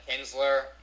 Kinsler